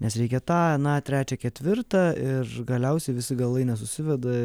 nes reikia tą aną trečią ketvirtą ir galiausiai visi galai nesusiveda